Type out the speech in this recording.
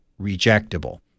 rejectable